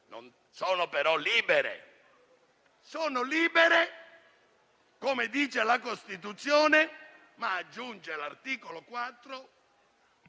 sono libere, come dice la Costituzione, ma - aggiunge l'articolo -